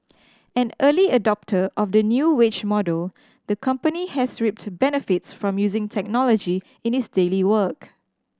an early adopter of the new wage model the company has reaped benefits from using technology in its daily work